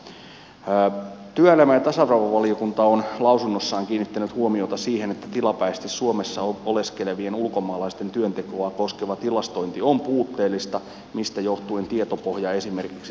työelämä ja tasa arvovaliokunta on lausunnossaan kiinnittänyt huomiota siihen että tilapäisesti suomessa oleskelevien ulkomaalaisten työntekoa koskeva tilastointi on puutteellista mistä johtuen tietopohja esimerkiksi taloudellisten vaikutusten arvioinnille on hatara